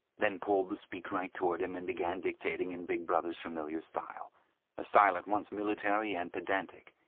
then pulled the speakwrite towards him and began dictating in big brother's familiar style a style at once military and pedantic,